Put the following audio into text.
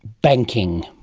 banking.